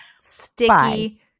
Sticky